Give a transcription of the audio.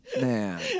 Man